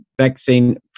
vaccine